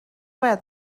باید